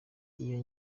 iyo